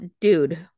dude